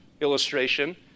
illustration